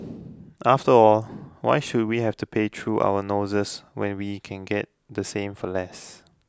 after all why should we have to pay through our noses when we can get the same for less